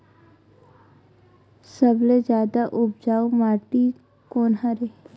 सबले जादा उपजाऊ माटी कोन हरे?